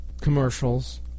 commercials